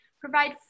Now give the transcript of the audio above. provide